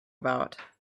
about